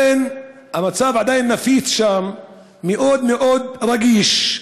המצב עדיין נפיץ שם, מאוד מאוד רגיש.